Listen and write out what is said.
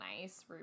nice